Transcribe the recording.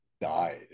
died